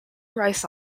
rice